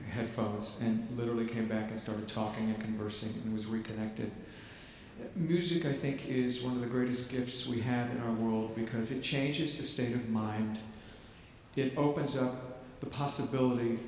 headphones and literally came back and started talking and conversing and was reconnected music i think is one of the greatest gifts we have in our world because it changes the state of mind it opens up the possibility